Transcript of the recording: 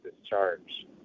discharge